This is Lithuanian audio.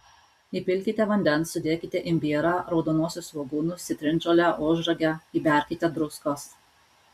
įpilkite vandens sudėkite imbierą raudonuosius svogūnus citrinžolę ožragę įberkite druskos